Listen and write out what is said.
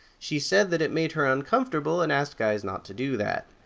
she said that it made her uncomfortable and asked guys not to do that.